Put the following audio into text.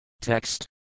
Text